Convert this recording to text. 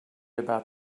about